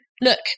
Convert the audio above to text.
look